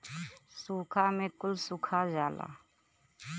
सूखा में कुल सुखा जाला